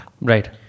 Right